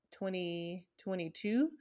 2022